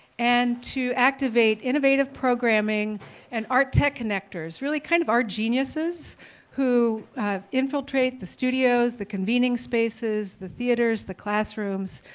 and to activate innovative programming and art tech connectors, really kind of our geniuses who infiltrate the studios, the convening spaces, the theatres, the classrooms,